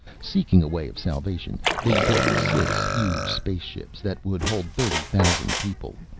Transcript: seeking a way of salvation, they built six huge space-ships that would hold thirty thousand people,